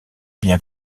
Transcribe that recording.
bien